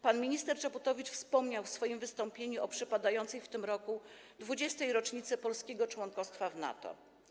Pan minister Czaputowicz wspomniał w swoim wystąpieniu o przypadającej w tym roku 20. rocznicy polskiego członkostwa w NATO.